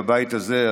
בבית הזה,